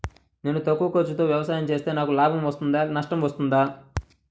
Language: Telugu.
నేను తక్కువ ఖర్చుతో వ్యవసాయం చేస్తే నాకు లాభం వస్తుందా నష్టం వస్తుందా?